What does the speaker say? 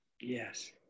Yes